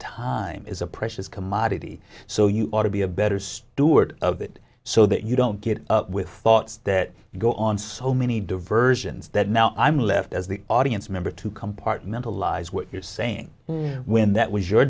time is a precious commodity so you ought to be a better steward of it so that you don't get with thoughts that go on so many diversions that now i'm left as the audience member to compartmentalize what you're saying when that was your